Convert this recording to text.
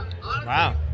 Wow